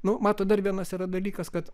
nu matot dar vienas dalykas kad